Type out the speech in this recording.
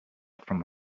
from